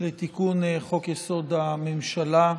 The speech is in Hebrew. לתיקון חוק-יסוד הממשלה.